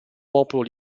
popolo